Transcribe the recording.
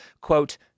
quote